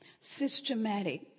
systematic